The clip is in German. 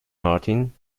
martin